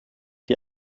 die